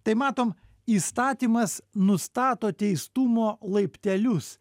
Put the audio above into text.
tai matom įstatymas nustato teistumo laiptelius